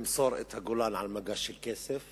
למסור את הגולן על מגש של כסף,